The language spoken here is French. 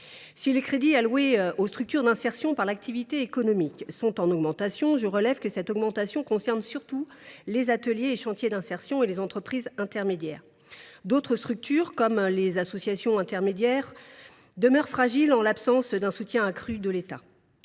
Si les crédits alloués aux structures d’insertion par l’activité économique sont en augmentation, je relève que cette augmentation concerne surtout les ateliers et chantiers d’insertion et les entreprises intermédiaires. D’autres structures, comme les associations intermédiaires, demeurent fragiles, en l’absence d’un soutien accru de l’État.